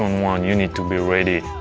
one you need to be ready.